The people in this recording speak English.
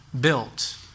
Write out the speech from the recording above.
built